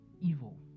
evil